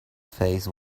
face